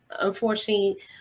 unfortunately